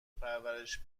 پرورش